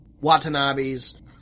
Watanabe's